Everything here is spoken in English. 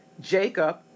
Jacob